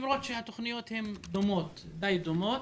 התוכניות די דומות.